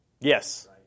Yes